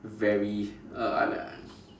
very uh I'm at